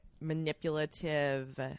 manipulative